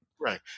right